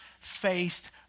faced